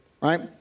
right